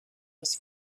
was